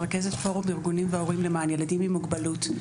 רכזת פורום ילדים והורים למען ילדים עם מוגבלות.